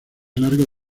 largo